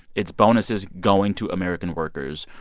it's bonuses going to american workers,